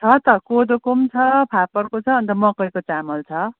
छ त कोदोको पनि छ फापरको छ अनि त मकैको चामल छ